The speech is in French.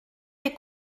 les